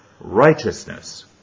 righteousness